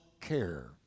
care